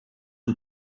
wyt